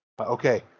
Okay